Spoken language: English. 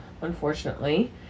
unfortunately